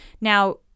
Now